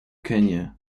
kenya